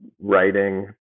Writing